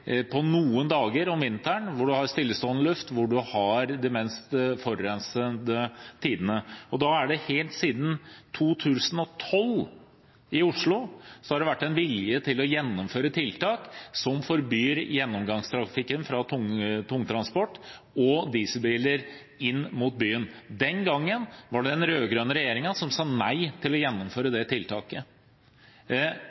forurensede tidene. Og helt siden 2012 har det i Oslo vært vilje til å gjennomføre tiltak som forbyr gjennomgangstrafikken fra tungtransport og dieselbiler inn mot byen. Den gangen var det den rød-grønne regjeringen som sa nei til å gjennomføre det tiltaket.